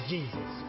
Jesus